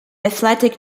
athletic